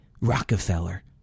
Rockefeller